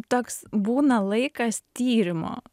toks būna laikas tyrimo